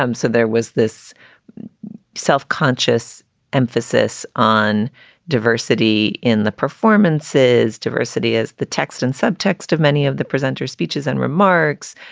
um so there was this self-conscious emphasis on diversity in the performances diversity as the text and subtext of many of the presenters speeches and remarks,